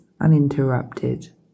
uninterrupted